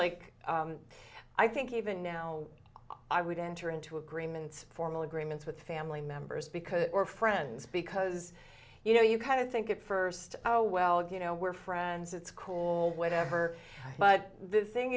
like i think even now i would enter into agreements formal agreements with family members because we're friends because you know you kind of think it first oh well you know we're friends it's called whatever but the thing